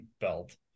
belt